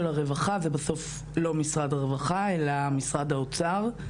הרווחה הוא לא משרד הרווחה אלא משרד האוצר.